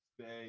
stay